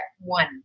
one